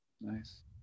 Nice